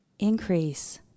increase